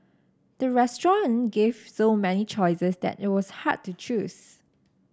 the restaurant gave so many choices that it was hard to choose